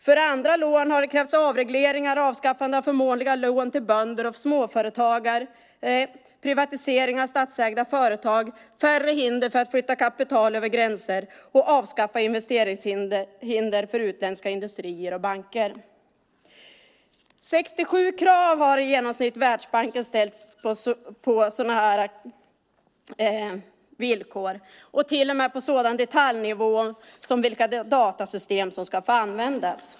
För andra lån har det krävts avregleringar, avskaffande av förmånliga lån till bönder och småföretagare, privatisering av statsägda företag, färre hinder för att flytta kapital över gränser och avskaffande av investeringshinder för utländska industrier och banker. Världsbanken har i genomsnitt ställt 67 krav på sådana här villkor, till och med på en sådan detaljnivå som vilka datasystem som får användas.